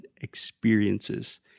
experiences